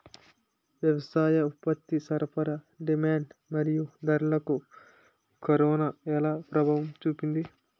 వ్యవసాయ ఉత్పత్తి సరఫరా డిమాండ్ మరియు ధరలకు కరోనా ఎలా ప్రభావం చూపింది